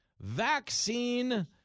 vaccine